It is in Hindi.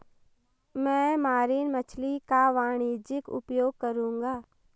मैं मरीन मछली का वाणिज्यिक उपयोग करूंगा